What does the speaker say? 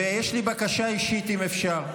ויש לי בקשה אישית, אם אפשר.